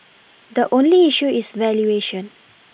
the only issue is valuation